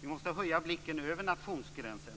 Vi måste höja blicken över nationsgränsen,